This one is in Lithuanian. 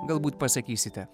galbūt pasakysite